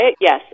yes